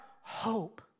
hope